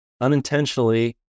unintentionally